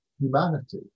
humanity